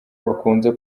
bakunze